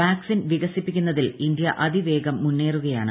vaccine വികസിപ്പിക്കുന്നതിൽ India അതിവേഗം മുന്നേറുകയാണ്